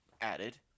added